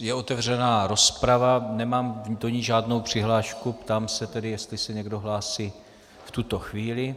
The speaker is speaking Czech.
Je otevřena rozprava, nemám do ní žádnou přihlášku, ptám se tedy, jestli se tedy někdo hlásí v tuto chvíli.